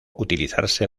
utilizarse